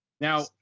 now